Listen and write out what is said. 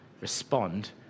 respond